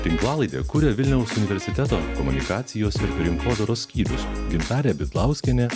tinklalaidę kuria vilniaus universiteto komunikacijos ir rinkodaros skyrius gintarė bidlauskienė